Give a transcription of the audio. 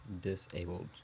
Disabled